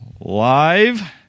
live